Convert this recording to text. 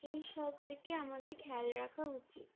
এই সব থেকে আমাদের খেয়াল রাখা উচিত